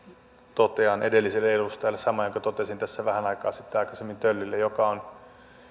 totean edelliselle edustajalle saman jonka totesin tässä vähän aikaa sitten aikaisemmin töllille ja joka on